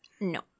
No